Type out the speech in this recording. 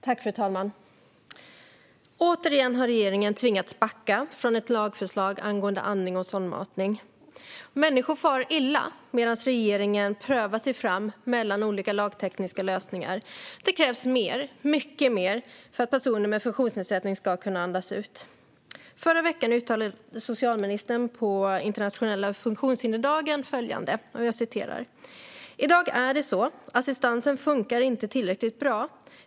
Fru talman! Återigen har regeringen tvingats backa från ett lagförslag angående andning och sondmatning. Människor far illa medan regeringen prövar sig fram mellan olika lagtekniska lösningar. Det krävs mycket mer för att personer med funktionsnedsättning ska kunna andas ut. Förra veckan uttalades sig socialministern under den internationella funktionshinderdagen på följande sätt: "Idag är det så, assistansen funkar inte tillräckligt bra.